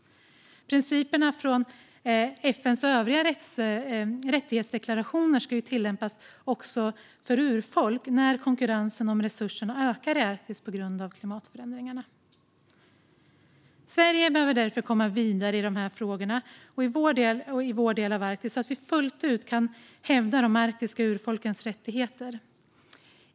Principerna från FN:s övriga rättighetsdeklarationer ska tillämpas också för urfolk när konkurrensen om resurserna ökar i Arktis på grund av klimatförändringarna. Sverige behöver därför komma vidare i dessa frågor i vår del av Arktis så att vi fullt ut kan hävda de arktiska urfolkens rättigheter.